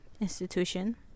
institution